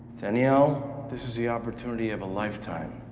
danielle, this is the opportunity of a lifetime.